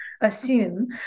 assume